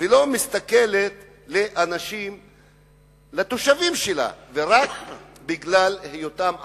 ולא מסתכלת על התושבים שלה רק בגלל היותם ערבים?